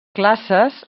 classes